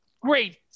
great